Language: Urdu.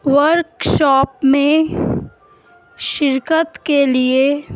ورک شاپ میں شرکت کے لیے